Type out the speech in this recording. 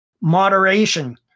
moderation